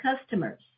customers